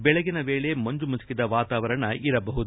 ಬೆಳಗಿನ ವೇಳೆ ಮಂಜು ಮುಸುಕಿದ ವಾತಾವರಣ ಇರಬಹುದು